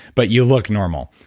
but you look normal,